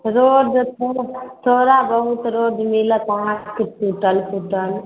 road थोड़े चौड़ा बहुत रोड मिलत अहाँके टुटल फुटल